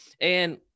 and-